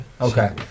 Okay